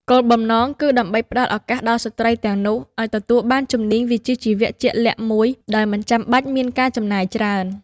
គោលបំណងគឺដើម្បីផ្តល់ឱកាសដល់ស្ត្រីទាំងនោះឱ្យទទួលបានជំនាញវិជ្ជាជីវៈជាក់លាក់មួយដោយមិនចាំបាច់មានការចំណាយច្រើន។